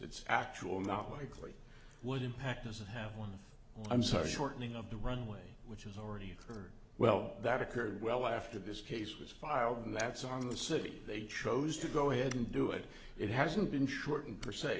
it's actually not likely would impact us to have one i'm sorry shortening of the runway which has already occurred well that occurred well after this case was filed and that's on the city they chose to go ahead and do it it hasn't been shortened per